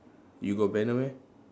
you got banner meh